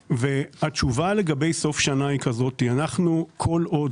התשובה לגבי סוף שנה היא כדלקמן: כל עוד